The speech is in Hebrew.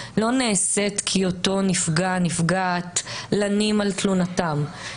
לא נעשית כי אותו נפגע או נפגעת לנים על תלונתם.